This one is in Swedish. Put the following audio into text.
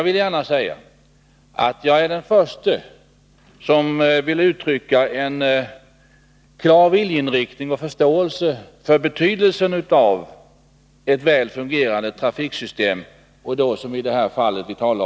Men jag är den förste att erkänna betydelsen av ett väl fungerande trafiksystem.